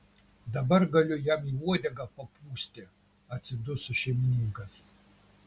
dabar galiu jam į uodegą papūsti atsiduso šeimininkas